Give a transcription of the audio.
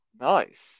Nice